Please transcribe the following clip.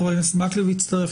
חבר הכנסת מקלב הצטרף,